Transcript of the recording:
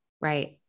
Right